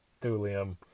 thulium